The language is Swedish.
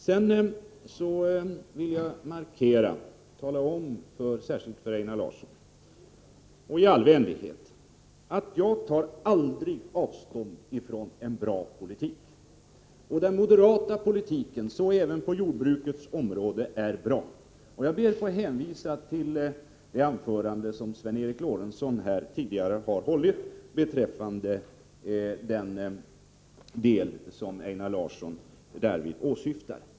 Sedan vill jag markera och i all vänlighet tala om för särskilt Einar Larsson att jag aldrig tar avstånd från en bra politik. Och den moderata politiken är bra — så även på jordbrukets område. Jag ber att få hänvisa till det anförande som Sven Eric Lorentzon tidigare har hållit beträffande den del som Einar Larsson därvid åsyftar. Herr talman!